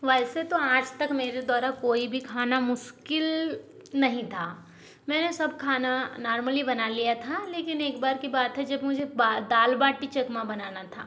वैसे तो आज तक मेरे द्वारा कोई भी खाना मुश्किल नहीं था मैंने सब खाना नार्मली बना लिया था लेकिन एक बार की बात है जब मुझे दाल बाटी चूरमा बनाना था